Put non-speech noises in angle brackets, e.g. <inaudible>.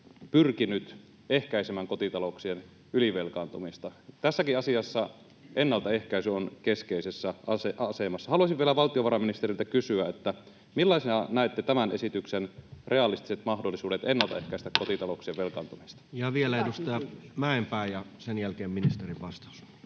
pyrkinyt ehkäisemään kotita-louksien ylivelkaantumista. Tässäkin asiassa ennaltaehkäisy on keskeisessä asemassa. Haluaisin vielä valtiovarainministeriltä kysyä: millaisena näette tämän esityksen realistiset mahdollisuudet ennaltaehkäistä <noise> kotitalouksien velkaantumista?